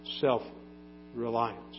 self-reliance